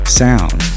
sound